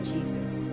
Jesus